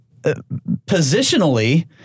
positionally